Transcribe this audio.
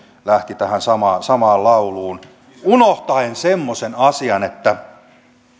lähti tähän samaan lauluun unohtaen semmoisen asian että